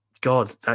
God